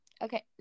Okay